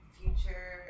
future